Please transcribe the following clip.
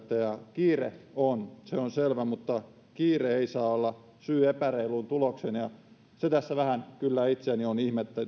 kiire on se on selvä mutta kiire ei saa olla syy epäreiluun tulokseen se tässä vähän kyllä itseäni on